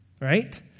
right